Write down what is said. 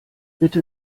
bitte